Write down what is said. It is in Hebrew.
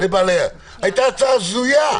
זו הייתה הצעה הזויה.